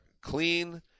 clean